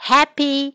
Happy